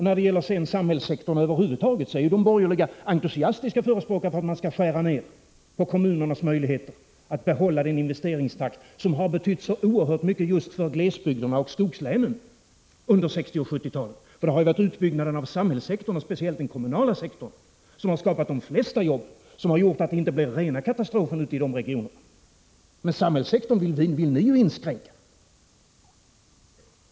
När det gäller samhällssektorn över huvud taget är de borgerliga entusiastiska förespråkare för att man skall skära ned på kommunernas möjligheter att behålla den investeringstakt som har betytt så oerhört mycket just för glesbygderna och skogslänen under 1960 och 1970-talen. Det har varit utbyggnaden av samhällssektorn, speciellt den kommunala sektorn, som har skapat de flesta jobben, som har gjort att det inte blivit rena katastrofen ute i de regionerna. Men samhällssektorn vill ni ju inskränka.